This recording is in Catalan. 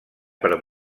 per